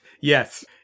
Yes